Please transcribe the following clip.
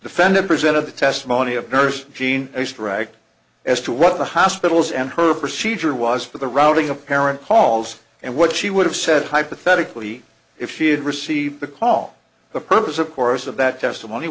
defendant present of the testimony of nurse jean extract as to what the hospital's and her procedure was for the routing apparent cause and what she would have said hypothetically if she had received the call the purpose of course of that testimony